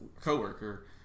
coworker